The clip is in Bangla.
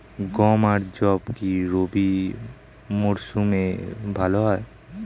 গম আর যব কি রবি মরশুমে ভালো হয়?